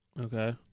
okay